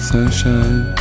Sunshine